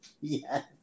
yes